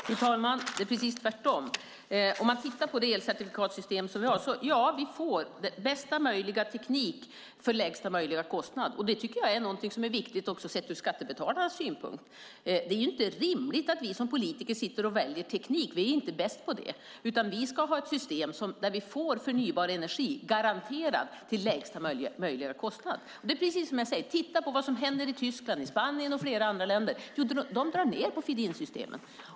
Fru talman! Det är precis tvärtom. Med de elcertifikatssystem vi har får vi bästa möjliga teknik för lägsta möjliga kostnad. Det tycker jag är viktigt sett ur skattebetalarnas synpunkt. Det är inte rimligt att vi som politiker sitter och väljer teknik, vi är inte bäst på det. Vi ska ha ett system där vi får förnybar energi, garanterat, till lägsta möjliga kostnad. Titta på vad som händer i Tyskland, Spanien och flera andra länder. De drar ned på feed in-systemet.